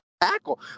tackle